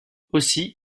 aussi